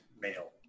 male